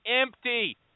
empty